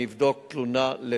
אני אבדוק תלונה-תלונה,